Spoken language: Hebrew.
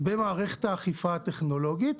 לגבי האפקטיביות.